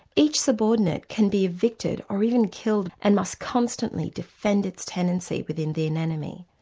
each subordinate can be evicted or even killed, and must constantly defend its tenancy within the anemone.